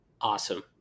Awesome